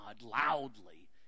loudly